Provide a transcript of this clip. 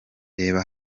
reba